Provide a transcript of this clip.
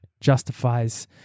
justifies